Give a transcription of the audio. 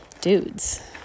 dudes